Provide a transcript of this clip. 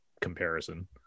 comparison